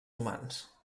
humans